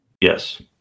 Yes